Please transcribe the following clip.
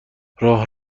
راه